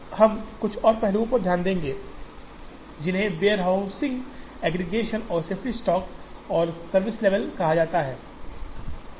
अब हम कुछ और पहलुओं पर ध्यान देंगे जिन्हें वेयरहाउस एग्रीगेशन और सेफ्टी स्टॉक और सर्विस लेवल कहा जाता है